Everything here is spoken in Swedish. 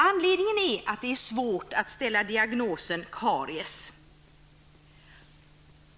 Anledningen är att det är svårt att ställa diagnosen karies.